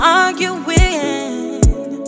arguing